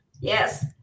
yes